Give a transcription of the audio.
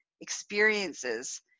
experiences